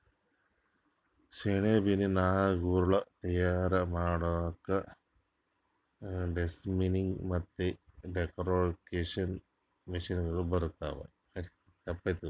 ಸೆಣಬಿನ್ ನಾರ್ಗೊಳ್ ತಯಾರ್ ಮಾಡಕ್ಕಾ ಡೆಸ್ಟಮ್ಮಿಂಗ್ ಮತ್ತ್ ಡೆಕೊರ್ಟಿಕೇಷನ್ ಮಷಿನಗೋಳ್ ಬಳಸ್ತಾರ್